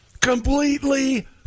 Completely